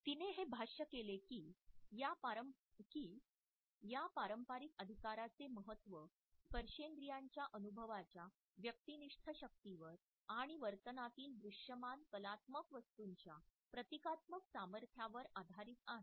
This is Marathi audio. तिने हे भाष्य केले की या पारंपारिक अधिकाराचे महत्त्व स्पर्शेंद्रियाच्या अनुभवाच्या व्यक्तिनिष्ठ शक्तीवर आणि वर्तनातील दृश्यमान कलात्मक वस्तूंच्या प्रतिकात्मक सामर्थ्यावर आधारित आहे